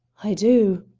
i do.